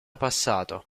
passato